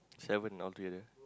seven altogether